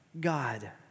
God